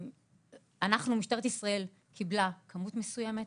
משטרת ישראל קיבלה כמות מסוימת,